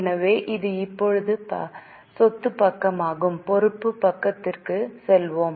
எனவே இது இப்போது சொத்து பக்கமாகும் பொறுப்பு பக்கத்திற்கு செல்வோம்